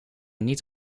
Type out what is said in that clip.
niet